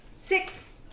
Six